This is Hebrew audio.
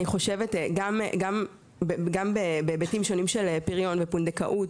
אני חושבת גם בהיבטים שונים של פריון ופונדקאות